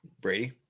Brady